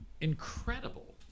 incredible